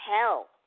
hell